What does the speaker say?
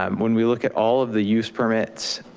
um when we look at all of the use permits,